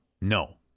No